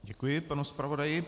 Děkuji panu zpravodaji.